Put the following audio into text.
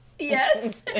Yes